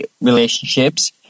relationships